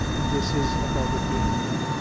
this is above and beyond that,